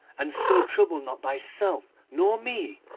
and so trouble not thyself nor me,